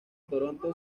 toronto